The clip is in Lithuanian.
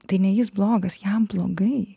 tai ne jis blogas jam blogai